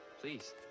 Please